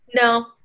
no